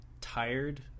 tired